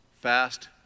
fast